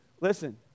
Listen